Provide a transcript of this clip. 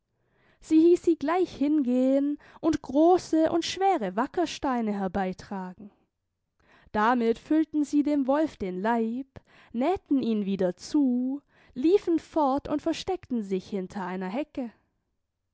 sie hieß sie gleich hingehen und große und schwere wackersteine herbeitragen damit füllten sie dem wolf den leib nähten ihn wieder zu liefen fort und versteckten sich hinter eine hecke